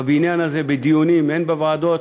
בבניין הזה, בדיונים, הן בוועדות,